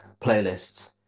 playlists